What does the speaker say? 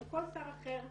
כמו כל שר אחר,